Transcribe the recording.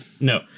no